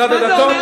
לדבר.